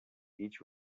each